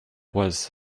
was